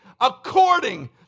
according